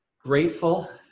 grateful